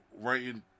Writing